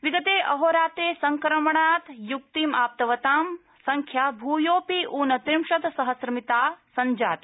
विगते अहोरात्रे संक्रमणात् मुक्तिमाप्तवतां संख्या भूयोपि ऊनस्रिंशत् सहम्रमिता संजाता